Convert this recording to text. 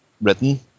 written